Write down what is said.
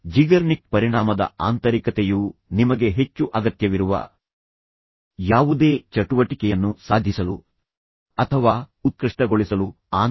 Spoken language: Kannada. ಆದ್ದರಿಂದ ಝಿಗರ್ನಿಕ್ ಪರಿಣಾಮದ ಆಂತರಿಕತೆಯು ನಿಮಗೆ ಹೆಚ್ಚು ಅಗತ್ಯವಿರುವ ಯಾವುದೇ ಚಟುವಟಿಕೆಯನ್ನು ಸಾಧಿಸಲು ಅಥವಾ ಉತ್ಕೃಷ್ಟಗೊಳಿಸಲು ಆಂತರಿಕ ಪ್ರೇರಣೆ ನೀಡುತ್ತದೆ